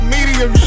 Medium